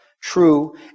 true